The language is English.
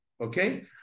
okay